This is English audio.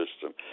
system